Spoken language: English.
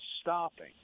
stopping